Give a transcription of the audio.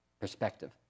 perspective